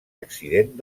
accident